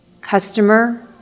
customer